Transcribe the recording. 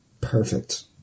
Perfect